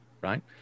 Right